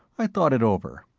i thought it over.